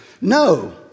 no